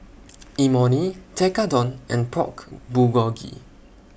Imoni Tekkadon and Pork Bulgogi